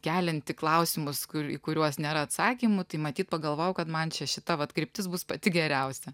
kelianti klausimus į kuriuos nėra atsakymų tai matyt pagalvojau kad man čia šita vat kryptis bus pati geriausia